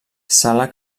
sala